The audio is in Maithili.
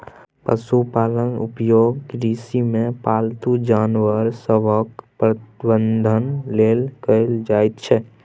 पशुपालनक उपयोग कृषिमे पालतू जानवर सभक प्रबंधन लेल कएल जाइत छै